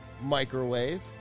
microwave